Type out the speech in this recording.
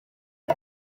mae